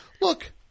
Look